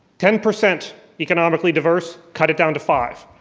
ten percent economically diverse, cut it down to five.